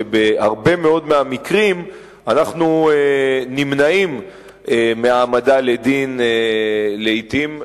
שבהרבה מאוד מהמקרים אנחנו נמנעים מהעמדה לדין לעתים,